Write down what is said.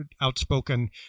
outspoken